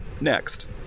next